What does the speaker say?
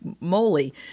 moly